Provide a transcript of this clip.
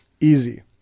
Easy